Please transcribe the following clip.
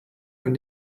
wenn